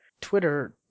Twitter